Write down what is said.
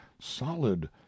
solid